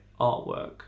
artwork